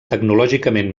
tecnològicament